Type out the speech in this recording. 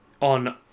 on